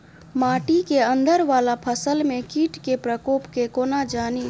माटि केँ अंदर वला फसल मे कीट केँ प्रकोप केँ कोना जानि?